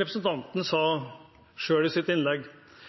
Representanten sa selv i sitt innlegg: